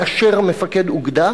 מאשר מפקד אוגדה